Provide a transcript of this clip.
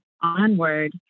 onward